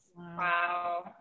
Wow